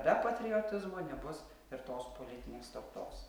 be patriotizmo nebus ir tos politinės tautos